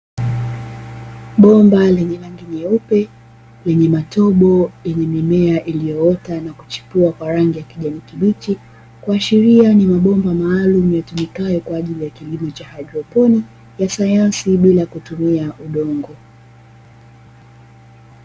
Bomba lenye rangi nyeupe yenye matobo yenye mimea iliyoota na kuchipua kwa rangi ya kijani kibichi, kuashiria ni mabomba maalumu yaliyotumikayo kwa ajili ya kilimo cha haidroponi ya sayansi bila kutumia udongo.